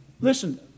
Listen